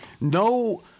No